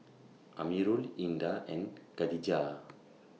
Amirul Indah and Khadija